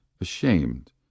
ashamed